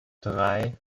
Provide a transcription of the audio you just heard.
drei